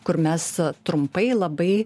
kur mes trumpai labai